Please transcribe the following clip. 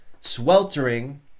sweltering